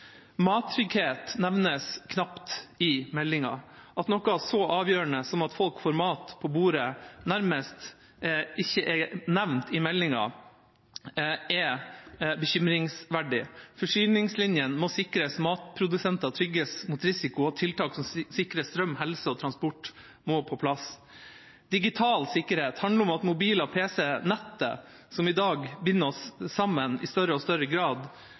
nevnes knapt i meldinga. At noe så avgjørende som at folk får mat på bordet, nærmest ikke er nevnt i meldinga, er bekymringsverdig. Forsyningslinjene må sikres, matprodusenter må trygges mot risiko, og tiltak som sikrer strøm, helse og transport, må på plass. Digital sikkerhet handler om at mobiler og pc-er, nettet, som i dag binder oss sammen i større og større grad,